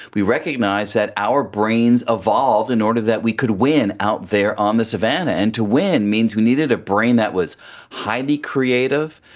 we recognise that our brains evolved in order that we could win out there on the savannah, and to win means we needed a brain that was highly creative,